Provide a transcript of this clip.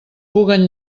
puguen